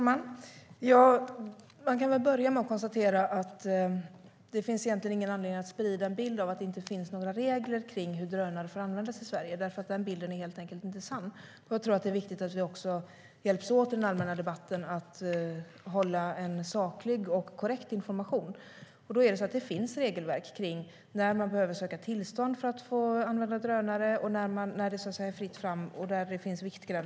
Herr talman! Det finns egentligen ingen anledning att sprida en bild av att det inte finns några regler om hur drönare får användas i Sverige. Den bilden är helt enkelt inte sann. Jag tror att det är viktigt att vi hjälps åt i den allmänna debatten att ge en saklig och korrekt information. Det finns regelverk för när tillstånd behöver sökas för att få använda drönare och när det är fritt fram, viktgränser och så vidare.